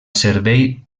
servei